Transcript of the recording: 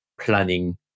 planning